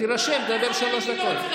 תירשם, דבר שלוש דקות.